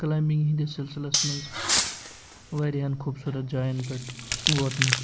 climbing ہِنٛدِس سِلسِلَس منٛز وارِیاہَن خوٗبصوٗرت جاین پٮ۪ٹھ ووتمُت